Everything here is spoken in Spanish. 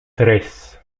tres